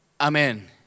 Amen